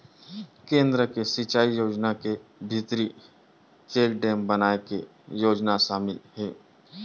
केन्द्र के सिचई योजना के भीतरी चेकडेम बनाए के योजना सामिल हे